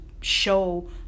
show